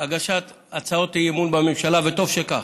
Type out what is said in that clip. הגשת הצעות אי-אמון בממשלה וטוב שכך,